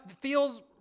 feels